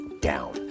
down